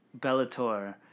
bellator